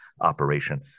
operation